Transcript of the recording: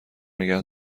نگه